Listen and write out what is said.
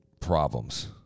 problems